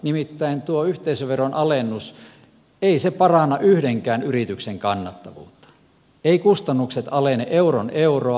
ei tuo yhteisöveron alennus nimittäin paranna yhdenkään yrityksen kannattavuutta eivät kustannukset alene euron euroa